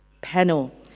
Panel